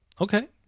Okay